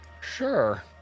Sure